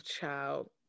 child